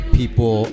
people